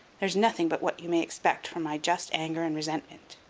there's nothing but what you may expect from my just anger and resentment.